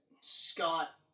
Scott